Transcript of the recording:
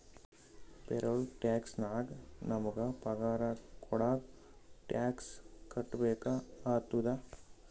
payroll tax ನಾಗ್ ನಮುಗ ಪಗಾರ ಕೊಡಾಗ್ ಟ್ಯಾಕ್ಸ್ ಕಟ್ಬೇಕ ಆತ್ತುದ